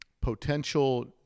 potential